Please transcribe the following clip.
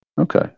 Okay